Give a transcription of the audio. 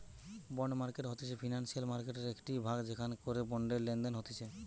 bond market হতিছে financial মার্কেটের একটিই ভাগ যেখান করে বন্ডের লেনদেন হতিছে